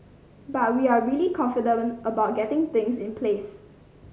but we're really confident about getting things in place